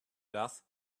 dough